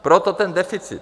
Proto ten deficit.